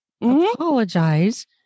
Apologize